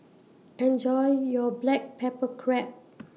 Enjoy your Black Pepper Crab